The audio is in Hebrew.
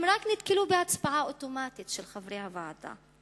הם רק נתקלו בהצבעה אוטומטית של חברי הוועדה.